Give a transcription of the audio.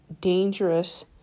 dangerous